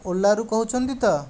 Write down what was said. ଓଲାରୁ କହୁଛନ୍ତି ତ